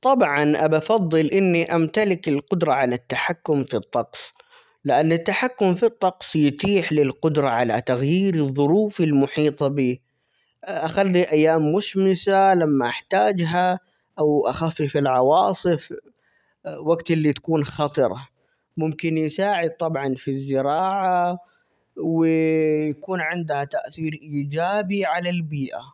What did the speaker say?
طبعًا، أُفَضِّل إني أمتلك القدرة على التحكم في الطقس؛ لأن التحكم في الطقس يتيح لي القدرة على تغيير الظروف المحيطة بي، أخلي أيام مشمسة لما أحتاجها، أو أخفف العواصف، وقت اللي تكون خطرة، ممكن يساعد طبعًا في الزراعة، ويكون عنده تأثير إيجابي على البيئة.